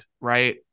right